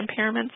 impairments